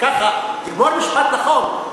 תגמור משפט נכון.